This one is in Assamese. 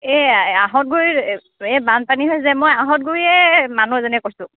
এইয়াই আহঁতগুৰি এই বানপানী হৈছে মই আহঁতগুৰিৰে মানুহ এজনীয়ে কৈছোঁ